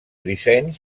dissenys